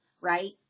right